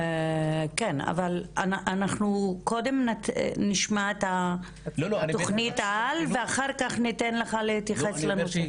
אנחנו קודם נשמע את תוכנית העל ואחר כך ניתן לך להתייחס לנושא.